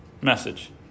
message